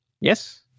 Yes